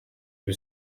ibi